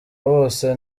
bose